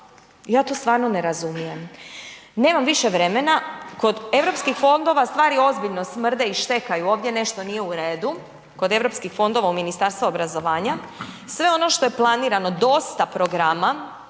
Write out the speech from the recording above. Ja to stvarno ne razumijem. Nemam više vremena. Kod EU fondova stvari ozbiljno smrde i štekaju ovdje nešto nije u redu, kod EU fondova u Ministarstvu obrazovanja. Sve ono što je planirano, dosta programa,